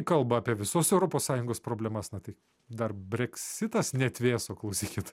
kalba apie visos europos sąjungos problemas na tai dar breksitas neatvėso klausykit